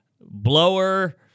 blower